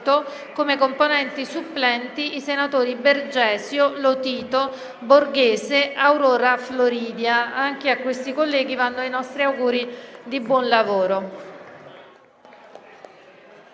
membri supplenti i senatori Bergesio, Lotito, Borghese e Aurora Floridia. Anche a questi colleghi vanno i nostri auguri di buon lavoro